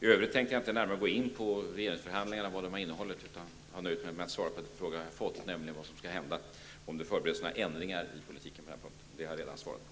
I övrigt tänker jag inte närmare gå in på innehållet i regeringsförhandlingarna. Jag nöjer mig med att svara på frågan om vad som skall hända och om det förbereds några ändringar i politiken på det här området, och den har jag redan svarat på.